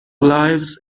lives